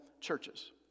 churches